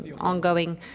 ongoing